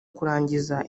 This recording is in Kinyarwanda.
kurangiza